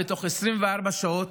בתוך 24 שעות